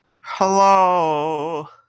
Hello